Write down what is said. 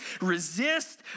resist